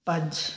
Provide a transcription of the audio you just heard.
ਪੰਜ